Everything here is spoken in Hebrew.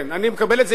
אני מקבל את זה,